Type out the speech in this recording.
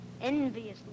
enviously